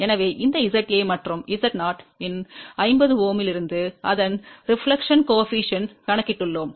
எனவே இந்த ZA மற்றும் Z0 இன் 50Ω இலிருந்து இதன் பிரதிபலிப்பு குணகத்தை 9reflection coefficient கணக்கிட்டுள்ளோம்